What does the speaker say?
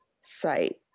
site